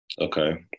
Okay